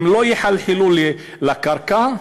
לא יחלחלו לקרקע,